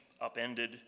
upended